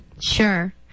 Sure